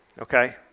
okay